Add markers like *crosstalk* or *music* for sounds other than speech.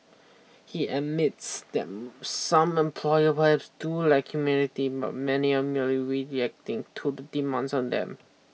he admits that *hesitation* some employer perhaps do lack humanity but many are merely reacting to the demands on them